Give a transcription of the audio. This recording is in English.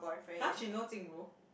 !huh! she know Jing Ru